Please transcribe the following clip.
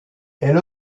elle